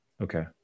Okay